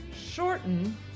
Shorten